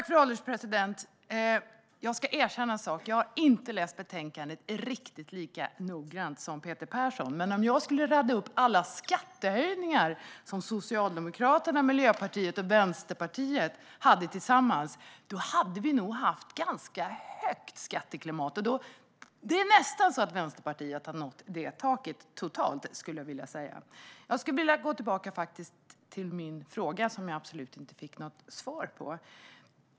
Fru ålderspresident! Jag ska erkänna en sak: Jag har inte läst betänkandet riktigt lika noggrant som Peter Persson. Men om jag skulle rada upp alla skattehöjningar som Socialdemokraterna, Miljöpartiet och Vänsterpartiet hade tillsammans skulle vi nog ha haft ett ganska högt skattetryck. Det är nästan så att Vänsterpartiet har nått taket totalt, skulle jag vilja säga. Jag vill gå tillbaka till min fråga som jag absolut inte fick något svar på.